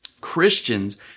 Christians